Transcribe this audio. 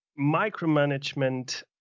micromanagement